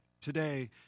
today